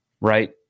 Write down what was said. right